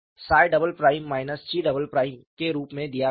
xRe 2𝜳′ z𝜳″ 𝛘″ के रूप में दिया गया है